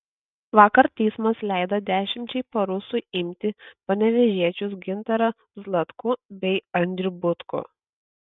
vakar teismas leido dešimčiai parų suimti panevėžiečius gintarą zlatkų bei andrių butkų